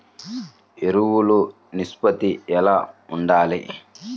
ఎరువులు నిష్పత్తి ఎలా ఉండాలి?